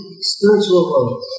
spiritual